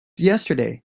yesterday